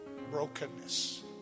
brokenness